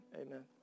amen